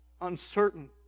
uncertain